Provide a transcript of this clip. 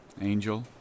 Angel